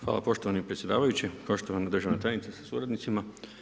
Hvala poštovani predsjedavajući, poštovana državna tajnice pred suradnicima.